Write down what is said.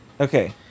Okay